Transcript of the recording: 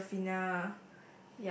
Seraphina